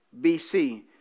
BC